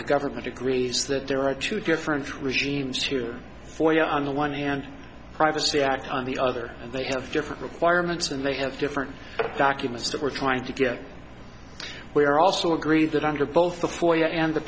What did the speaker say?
to government agrees that there are two different regimes here for you on the one hand privacy act on the other and they have different requirements and they have different documents that we're trying to get where i also agree that under both